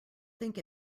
think